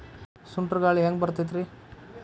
ಸುಂಟರ್ ಗಾಳಿ ಹ್ಯಾಂಗ್ ಬರ್ತೈತ್ರಿ?